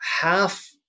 half